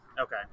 Okay